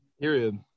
Period